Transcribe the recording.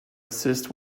assist